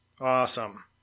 awesome